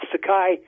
Sakai